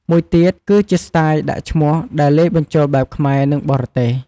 មួយទៀត គឺជាស្ទាយដាក់ឈ្មោះដែលលាយបញ្ចូលបែបខ្មែរ និង បរទេស។